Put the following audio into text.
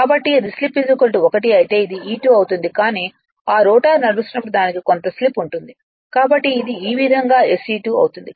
కాబట్టి అది స్లిప్ 1 అయితే అది E2 అవుతుంది కానీ ఆ రోటర్ నడుస్తున్నప్పుడు దానికి కొంత స్లిప్ ఉంటుంది కాబట్టి ఇది ఈ విధంగా SE2 అవుతుంది